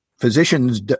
Physicians